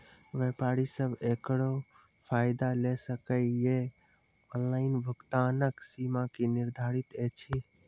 व्यापारी सब एकरऽ फायदा ले सकै ये? ऑनलाइन भुगतानक सीमा की निर्धारित ऐछि?